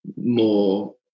more